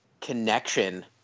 connection